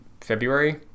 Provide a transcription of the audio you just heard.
February